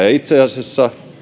ja itse asiassa